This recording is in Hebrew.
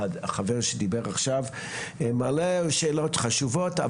והחבר שדיבר עכשיו מעלה שאלות חשובות,